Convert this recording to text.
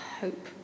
hope